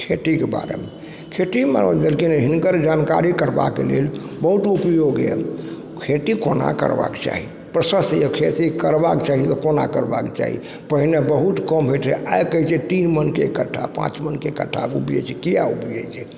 खेतीके बारेमे खेती बारेमे देलखिन हिनकर जानकारी करबाके लेल बहुत उपयोगी यऽ खेती कोना करबाके चाही प्रशस्त यऽ खेती करबाके चाही तऽ कोना करबाके चाही पहिने बहुत कम होइत रहय आइ कहय छै तीन मनके कठ्ठा पाँच मनके कठ्ठा उपजय छै किएक उपजय छै